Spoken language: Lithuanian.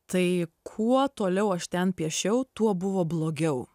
tai kuo toliau aš ten piešiau tuo buvo blogiau